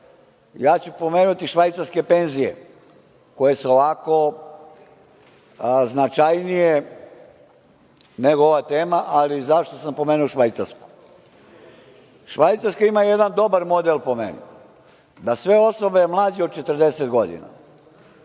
ja ću pomenuti švajcarske penzije koje su značajnije nego ova tema, ali zašto sam pomenuo Švajcarsku? Švajcarska ima jedan dobar model po meni, da sve osobe mlađe od 40 godina